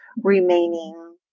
remaining